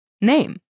name